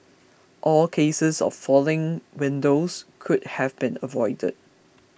all cases of falling windows could have been avoided